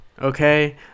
Okay